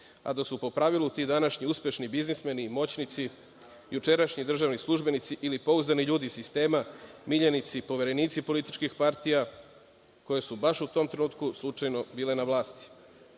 a da su po pravilu ti uspešni biznismeni i moćnici jučerašnji državni službenici ili pouzdani ljudi sistema, miljenici, poverenici političkih partija koji su baš u tom trenutku slučajno bile na vlasti. Oružje